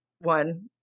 One